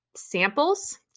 Samples